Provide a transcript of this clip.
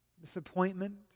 Disappointment